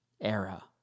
era